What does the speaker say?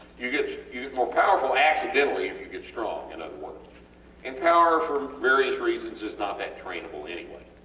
you get you get more powerful accidentally if you get strong in other words and power for various reasons is not that trainable anyway.